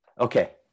Okay